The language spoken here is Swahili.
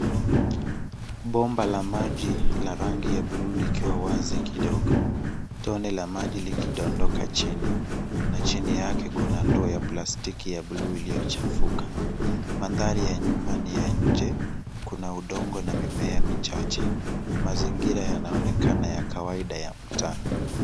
Bomba la maji la rangi ya buluu likiwa wazi kidogo tone la maji likidondoka chini na chini yake kuna ndoo ya plastiki ya buluu iliyochafuka mandhari ya nyuma ni ya nje kuna udongo na mimea michache mazingira yanaonekana ya kawaida ya mtaa.